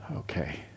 Okay